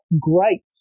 great